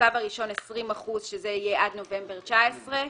בשלב הראשון 20%, שזה יהיה עד נובמבר 2019,